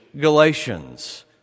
Galatians